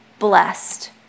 Blessed